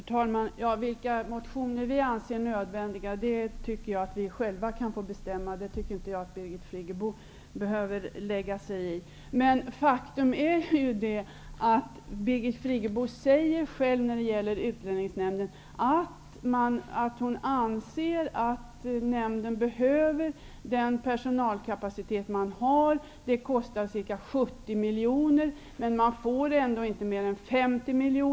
Herr talman! Vilka motioner vi anser nödvändiga tycker jag att vi själva kan få bestämma. Det tycker inte jag att Birgit Friggebo behöver lägga sig i. Faktum är att Birgit Friggebo själv säger att hon anser att Utlänningsnämnden behöver den personalkapacitet den har. Det kostar ca 70 miljoner, men nämnden får ändå inte mer än 50 miljoner.